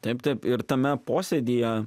taip taip ir tame posėdyje